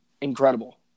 incredible